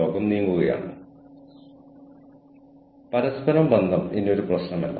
അതിനാൽ നിങ്ങൾക്ക് ഇത് ഗ്രഹിക്കാൻ കഴിയുമെങ്കിൽ ഇത് വായിക്കേണ്ടതാണ്